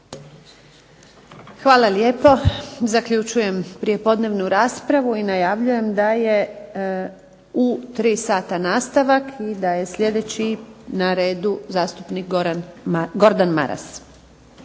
Hvala lijepo. Zaključujem prijepodnevnu raspravu. Najavljujem da je nastavak u 3 sata. Slijedeći je na redu zastupnik Gordan Maras.